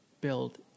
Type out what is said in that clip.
build